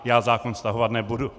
Já zákon stahovat nebudu.